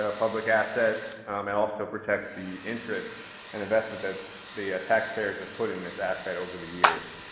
ah public asset. um it also protects the interest and investment that the taxpayers have put in this asset over the years.